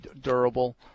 durable